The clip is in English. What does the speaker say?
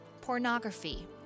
pornography